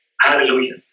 Hallelujah